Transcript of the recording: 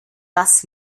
dass